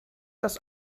das